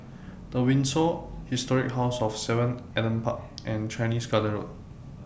The Windsor Historic House of seven Adam Park and Chinese Garden Road